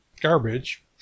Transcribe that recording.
garbage